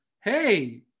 Hey